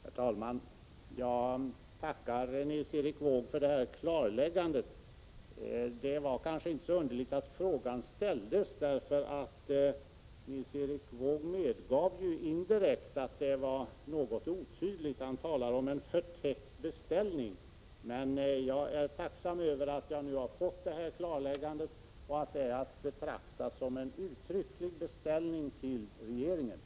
Herr talman! Jag tackar Nils Erik Wååg för klarläggandet. Det var kanske inte så underligt att jag ställde frågan. Nils Erik Wååg medgav ju också indirekt att skrivningen var något otydlig. Han talade om en förtäckt beställning, men jag är tacksam för klarläggandet och noterar att det är fråga om en uttrycklig beställning till regeringen.